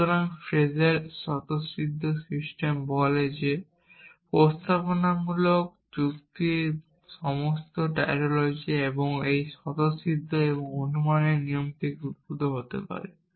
সুতরাং ফ্রেজের স্বতঃসিদ্ধ সিস্টেম বলে যে প্রস্তাবনামূলক যুক্তিবিদ্যার সমস্ত টাটোলজি এই স্বতঃসিদ্ধ এবং অনুমানের এই নিয়ম থেকে উদ্ভূত হতে পারে